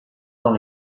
dans